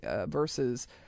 versus